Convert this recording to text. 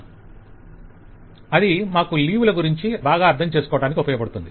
vendor అది మాకు మీ లీవ్ ల గురుంచి బాగా అర్ధం చేసుకోవడానికి ఉపయోగపడుతుంది